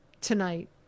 tonight